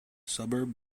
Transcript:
suburb